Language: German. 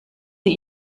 sie